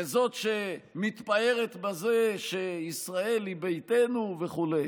וזאת שמתפארת בזה שישראל היא ביתנו וכו'.